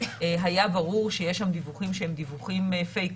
היה ברור שיש שם דיווחים שהם דיווחים Fake,